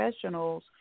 professionals